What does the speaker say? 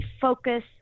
focus